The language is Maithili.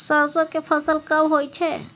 सरसो के फसल कब होय छै?